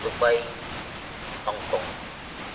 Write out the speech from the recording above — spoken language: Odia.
Dubai Hong Kong